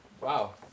Wow